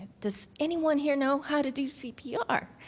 does anyone here know how to do cpr?